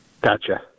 Gotcha